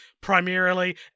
primarily